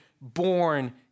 born